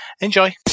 Enjoy